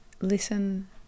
Listen